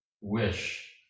wish